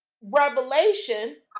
revelation